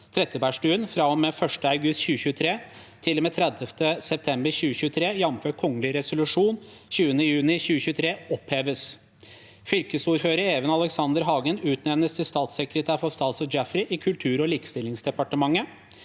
Trettebergstuen fra og med 1. august 2023 til og med 30. september 2023, jf. kongelig resolusjon 20. juni 2023, oppheves. 5. Fylkesordfører Even Aleksander Hagen utnevnes til statssekretær for statsråd Jaffery i Kultur- og likestillingsdepartementet.